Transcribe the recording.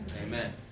Amen